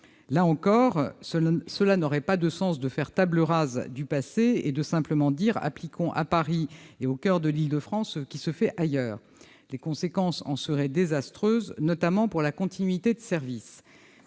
Là encore, cela n'aurait pas de sens de faire table rase du passé et de prétendre appliquer à Paris et au coeur de l'Île-de-France ce qui se fait ailleurs. Les conséquences en seraient désastreuses, notamment pour la continuité de service.